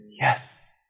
Yes